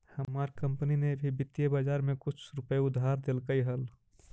हमार कंपनी ने भी वित्तीय बाजार में कुछ रुपए उधार देलकइ हल